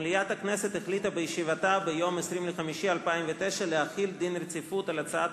מליאת הכנסת החליטה בישיבתה ביום 20 במאי 2009 להחיל דין רציפות על הצעת